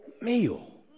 meal